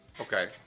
Okay